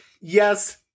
yes